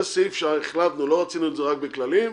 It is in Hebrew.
זה סעיף שלא רצינו אותו רק בכללים.